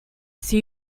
see